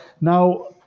Now